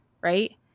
right